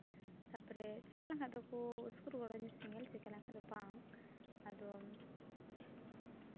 ᱛᱟᱨᱯᱚᱨᱮ ᱪᱤᱠᱟ ᱞᱮᱱᱠᱷᱟᱡ ᱫᱚᱠᱚ ᱩᱥᱠᱩᱨ ᱜᱚᱲᱚ ᱤᱧᱟ ᱥᱮᱸᱜᱮᱞ ᱪᱤᱠᱟ ᱞᱮᱠᱷᱟᱡ ᱫᱚ ᱵᱟᱝ ᱟᱫᱚ